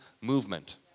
movement